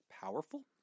powerful